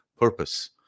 purpose